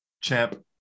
Champ